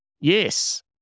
Yes